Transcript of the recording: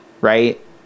right